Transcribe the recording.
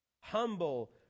humble